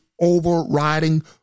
overriding